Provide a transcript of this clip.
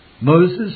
Moses